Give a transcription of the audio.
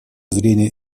зрения